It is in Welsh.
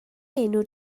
enw